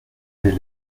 des